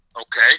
okay